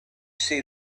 see